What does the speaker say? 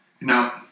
now